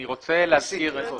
ניסיתי.